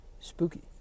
Spooky